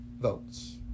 votes